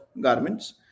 garments